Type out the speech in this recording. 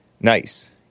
Nice